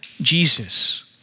Jesus